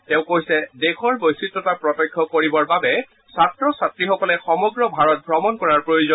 তেওঁ কৈছে দেশৰ বৈচিত্ৰতা প্ৰত্যক্ষ কৰিবৰ বাবে ছাত্ৰ ছাত্ৰীসকলে সমগ্ৰ ভাৰত ভ্ৰমণ কৰাৰ প্ৰয়োজন